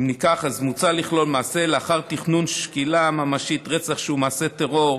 מוצע לכלול במעשה לאחר תכנון שקילה ממשית: רצח שהוא מעשה טרור,